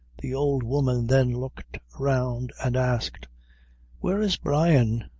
the old woman then looked around, and, asked where is brian?